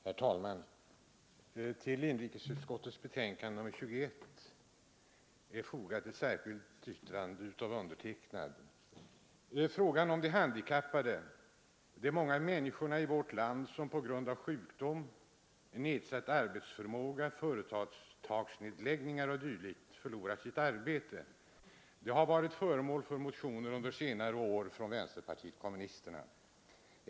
Herr talman! Till inrikesutskottets betänkande nr 21 är fogat ett särskilt yttrande av mig. Frågan om de handikappade, de många mä på grund av sjukdom, nedsatt arbetsförmåga, företagsnedläggningar o. d. förlorar sitt arbete, har varit föremål för motioner under senare år från vänsterpartiet kommunisterna.